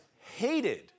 hated